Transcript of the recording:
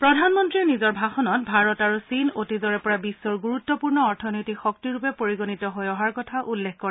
প্ৰধানমন্ত্ৰীয়ে নিজৰ ভাষণত ভাৰত আৰু চীন অতীজৰে পৰা বিশ্বৰ গুৰুত্পূৰ্ণ অৰ্থনৈতিক শক্তিৰূপে পৰিগণিত হৈ অহাৰ কথা উল্লেখ কৰে